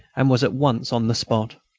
and was at once on the spot.